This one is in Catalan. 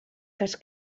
cas